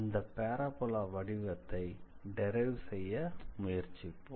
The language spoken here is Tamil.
அந்த பாராபோலா படிவத்தை டிரைவ் செய்ய முயற்சிப்போம்